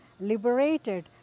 liberated